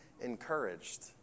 encouraged